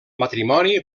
matrimoni